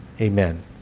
Amen